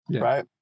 right